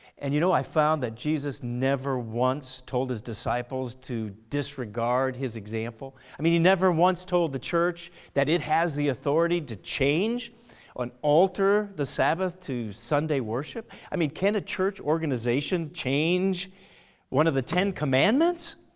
and you know, i found out that jesus never once told his disciples to disregard his example. i mean he never once told the church that it has the authority to change or alter the sabbath to sunday worship. i mean, can a church organization change one of the ten commandments?